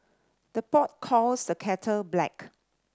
the pot calls the kettle black